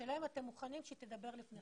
השאלה אם אתם מוכנים שהיא תדבר לפניכם.